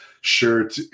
shirt